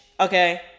Okay